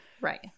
Right